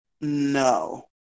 No